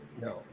no